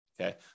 Okay